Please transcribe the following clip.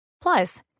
Plus